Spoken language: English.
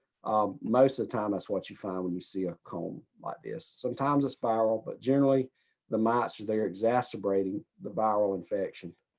um most of the time, that's what you find when you see a comb like this. sometimes it's viral, but generally the mites are there exacerbating the viral infection.